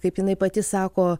kaip jinai pati sako